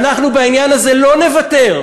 ואנחנו בעניין הזה לא נוותר.